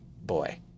boy